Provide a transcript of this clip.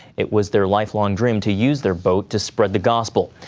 it was their lifelong dream to use their boat to spread the gospel.